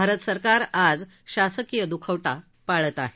भारत सरकार आज शासकीय दुखवटा पाळत आहे